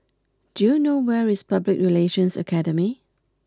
do you know where is Public Relations Academy